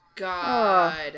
god